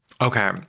Okay